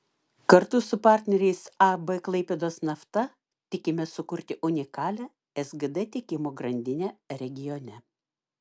kartu su partneriais ab klaipėdos nafta tikimės sukurti unikalią sgd tiekimo grandinę regione